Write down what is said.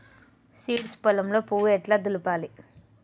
Seeds పొలంలో పువ్వు ఎట్లా దులపాలి?